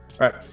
Right